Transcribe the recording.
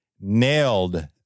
nailed